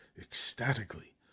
ecstatically